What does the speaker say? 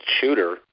shooter